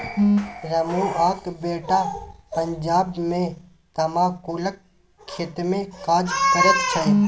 रमुआक बेटा पंजाब मे तमाकुलक खेतमे काज करैत छै